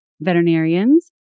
veterinarians